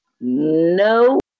No